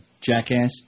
jackass